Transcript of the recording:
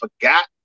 forgot